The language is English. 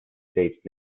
states